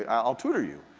ah i'll tutor you.